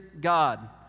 God